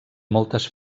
moltes